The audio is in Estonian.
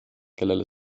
kellele